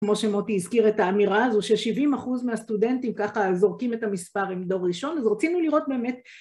כמו שמוטי הזכיר את האמירה הזו, ששבעים אחוז מהסטודנטים ככה זורקים את המספר עם דור ראשון, אז רצינו לראות באמת